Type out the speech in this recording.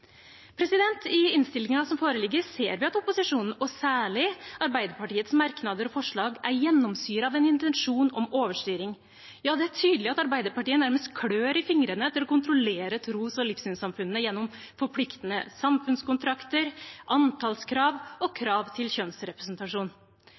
I innstillingen som foreligger, ser vi at merknadene fra opposisjonen, og særlig Arbeiderpartiets merknader og forslag, er gjennomsyret av en intensjon om overstyring. Ja, det er tydelig at Arbeiderpartiet nærmest klør i fingrene etter å kontrollere tros- og livssynssamfunnene gjennom forpliktende samfunnskontrakter, antallskrav og